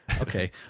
Okay